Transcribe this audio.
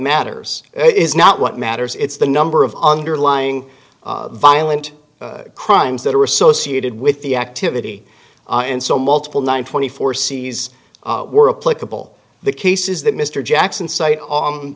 matters it is not what matters it's the number of underlying violent crimes that are associated with the activity and so multiple nine twenty four sees all the cases that mr jackson site on